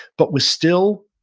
but we're still